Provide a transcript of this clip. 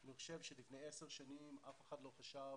אני חושב שלפני 10 שנים אף אחד לא חשב